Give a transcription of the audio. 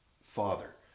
father